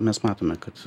mes matome kad